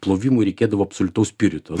plovimui reikėdavo absoliutaus spirito